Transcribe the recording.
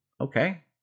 Okay